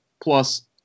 plus